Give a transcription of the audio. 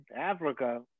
Africa